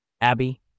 Abby